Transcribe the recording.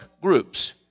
groups